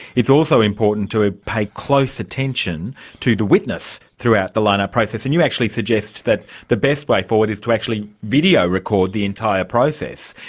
it's also important to ah pay close attention to the witness throughout throughout the line-up process, and you actually suggest that the best way forward is to actually video-record the entire process,